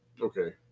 Okay